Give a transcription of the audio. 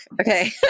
Okay